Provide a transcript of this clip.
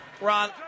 Ron